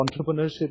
entrepreneurship